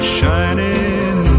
shining